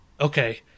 Okay